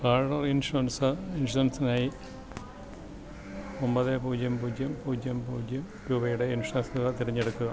car insurance ഇൻഷുറൻസിനായി ഒമ്പത് പൂജ്യം പൂജ്യം പൂജ്യം പൂജ്യം രൂപയുടെ ഇൻഷുറൻസ് തുക തിരഞ്ഞെടുക്കുക